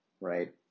right